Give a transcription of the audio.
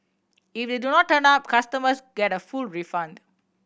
if they do not turn up customers get a full refund